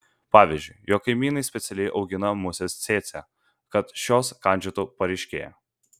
pavyzdžiui jog kaimynai specialiai augina muses cėcė kad šios kandžiotų pareiškėją